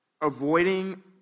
avoiding